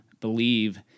believe